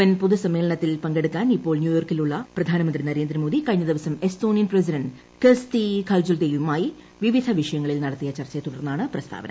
N പൊതുസമ്മേളനത്തിൽ പങ്കെടുക്കാൻ ഇപ്പോൾ ന്യൂയോർക്കിലുള്ള പ്രധാനമന്ത്രി നരേന്ദ്രമോദി കഴിഞ്ഞദിവസം എസ്തോണിയൻ പ്രസിഡന്റ് കെർസ്തി കൽജുലെയ്ദുമായി വിവിധ വിഷയങ്ങളിൽ നടത്തിയ ചർച്ചയെ തുടർന്നാണ് പ്രസ്താവന